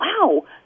wow